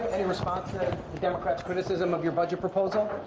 any response to the democrats' criticism of your budget proposal?